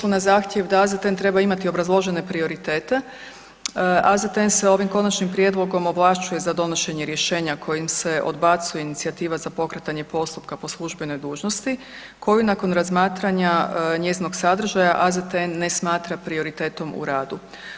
U odnosu na zahtjev da AZTN treba imati obrazložene prioritete, AZTN se ovim konačnim prijedlogom ovlašćuje za donošenje rješenja kojim se odbacuje inicijativa za pokretanja postupka po službenoj dužnosti, koju nakon razmatranja njezinog sadržaja AZTN ne smatra prioritetom u radu.